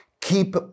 keep